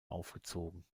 aufgezogen